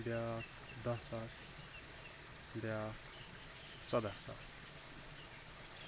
بیاکھ دہ ساس بیاکھ ژۄدہ ساس